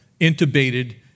intubated